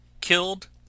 Killed